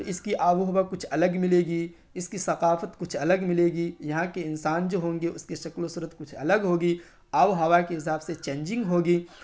تو اس کی آو و ہوا کچھ الگ ملے گی اس کی ثقافت کچھ الگ ملے گی یہاں کے انسان جو ہوں گے اس کی شکل و صورت کچھ الگ ہوگی آب و ہوا کے حساب سے چینجنگ ہوگی